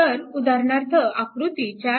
तर उदाहरणार्थ आकृती 4